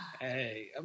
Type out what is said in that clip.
Hey